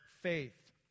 faith